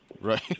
Right